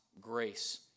grace